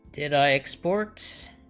did i exports